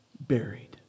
buried